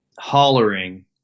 hollering